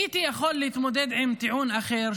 הייתי יכול להתמודד עם טיעון אחר,